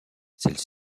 celles